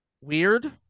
weird